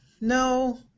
no